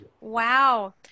Wow